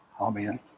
Amen